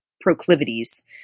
proclivities